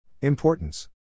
Importance